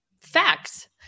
facts